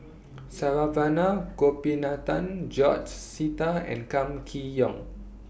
Saravanan Gopinathan George Sita and Kam Kee Yong